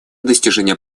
достижение